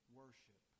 worship